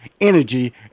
energy